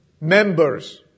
members